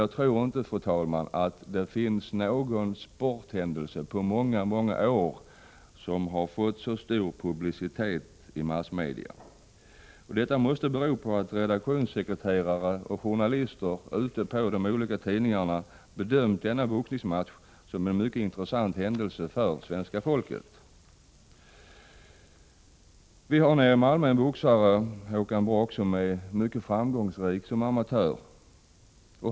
Jag tror inte, fru talman, att det är någon sporthändelse på många år som har fått så stor publicitet i massmedia. Detta måste bero på att redaktionssekreterare och journalister på de olika tidningarna har bedömt denna boxningsmatch som en mycket intressant händelse för svenska folket. Vi har nere i Malmö en boxare, Håkan Brock, som är mycket framgångsrik som amatör.